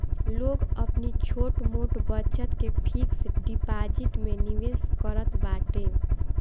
लोग अपनी छोट मोट बचत के फिक्स डिपाजिट में निवेश करत बाटे